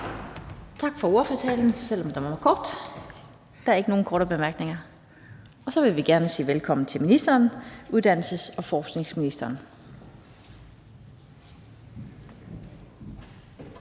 Tak for ordførertalen, selv om den var kort. Der er ikke nogen korte bemærkninger, og så vil vi gerne sige velkommen til uddannelses- og forskningsministeren.